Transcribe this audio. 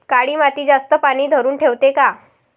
काळी माती जास्त पानी धरुन ठेवते का?